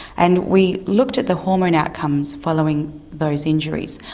and we looked at the hormone outcomes following those injuries.